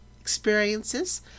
experiences